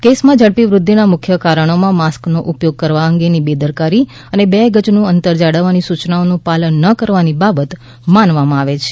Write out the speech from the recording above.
કેસમાં ઝડપી વૃદ્ધિના મુખ્ય કારણોમાં માસ્કના ઉપયોગ કરવા અંગે બેદરકારી અને બે ગજનું અંતર જાળવવાની સૂચનાઓનું પાલન ના કરવાની બાબત માનવામાં આવે છે